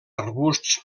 arbusts